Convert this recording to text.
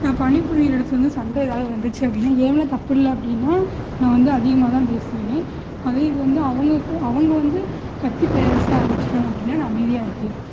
நான் பணிப்புரிகிற இடத்துல வந்து சண்டை ஏதாவது வந்துச்சு அப்படின்னா என் மேல் தப்பில்லை அப்படின்னா நான் வந்து அதிகமாக தான் பேசுவேன் அதே இது வந்து அவங்களுக்கு அவங்க வந்து கத்திப் பேச ஆரம்பிச்சுட்டாங்க அப்படின்னா நான் அமைதியாக இருப்பேன்